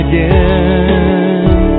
Again